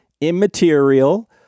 immaterial